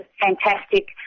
fantastic